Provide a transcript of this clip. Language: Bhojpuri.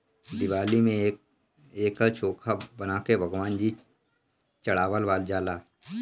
दिवाली में एकर चोखा बना के भगवान जी चढ़ावल जाला